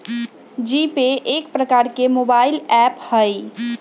GPay एक प्रकार के मोबाइल ऐप हइ